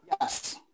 Yes